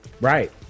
right